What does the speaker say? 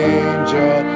angel